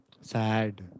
Sad